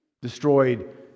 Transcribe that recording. destroyed